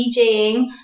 DJing